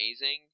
amazing